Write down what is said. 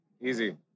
Easy